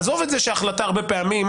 עזוב את זה שההחלטה הרבה פעמים,